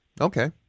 Okay